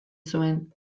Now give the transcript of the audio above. zuen